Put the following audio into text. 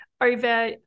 over